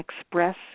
express